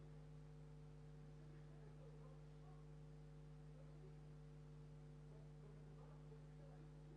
לא היה צריך להשתמש בו מלכתחילה אלא ללכת למנגנון